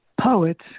Poets